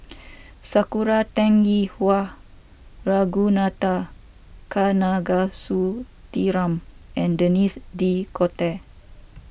Sakura Teng Ying Hua Ragunathar Kanagasuntheram and Denis D'Cotta